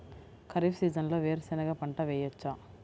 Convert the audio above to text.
ఖరీఫ్ సీజన్లో వేరు శెనగ పంట వేయచ్చా?